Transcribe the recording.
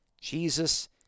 Jesus